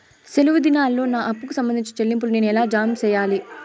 సెలవు దినాల్లో నా అప్పుకి సంబంధించిన చెల్లింపులు నేను ఎలా జామ సెయ్యాలి?